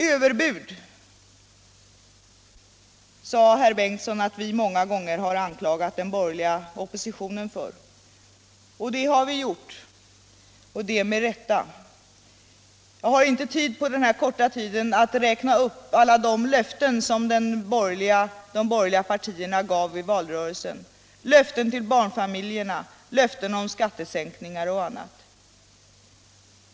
Överbud sade herr förste vice talmannen Bengtson att vi många gånger har anklagat den borgerliga oppositionen för. Det har vi gjort, och det med rätta. Jag har inte möjlighet att under denna kort replik räkna upp alla löften som de borgerliga partierna gav i valrörelsen — löften till barnfamiljerna, löften om skattesänkningar och annat.